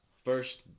First